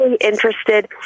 interested